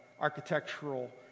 architectural